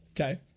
Okay